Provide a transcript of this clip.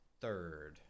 third